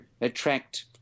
attract